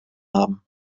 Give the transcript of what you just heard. haben